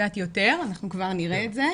קצת יותר, אנחנו כבר נראה את זה.